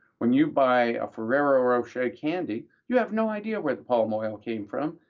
when you buy a ferrero rocher candy, you have no idea where the palm oil came from,